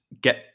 get